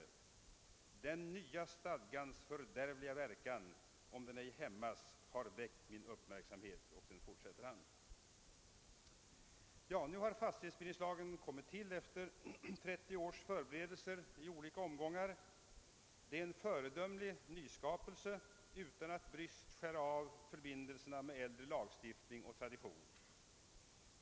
——— den nya stad gans fördärvliga verkan, om den ej hämmas, har väckt min uppmärksamhet.» Nu har ett förslag till fastighetsbildningslag framlagts efter trettio års förberedelser i olika omgångar. Det är en föredömlig nyskapelse som emellertid därför inte skär av förbindelserna med äldre lagstiftning och tradition.